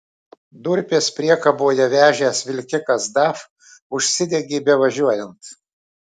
durpes priekaboje vežęs vilkikas daf užsidegė bevažiuojant